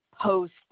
post